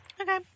Okay